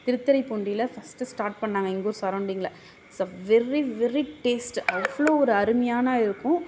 திருத்துறைப்பூண்டியில் first start பண்ணிணாங்க எங்கள் ஊர் சரௌண்டிங்சில் it's a very very taste அவ்வளோ ஒரு அருமையாக இருக்கும்